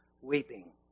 weeping